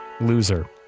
Loser